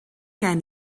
gen